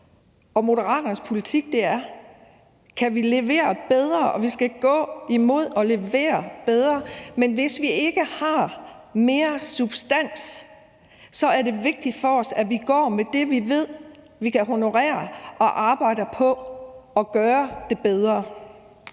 Og Moderaternes politik er, at vi skal gå imod at levere bedre. Men hvis vi ikke har mere substans, er det vigtigt for os, at vi går med det, som vi ved vi kan honorere, og at vi arbejder på at gøre det bedre.